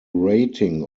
rating